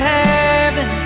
heaven